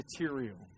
material